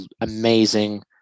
amazing